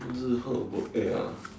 eh ya